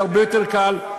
זה הרבה יותר קל.